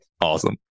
Awesome